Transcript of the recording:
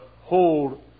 hold